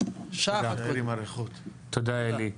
תודה אלי.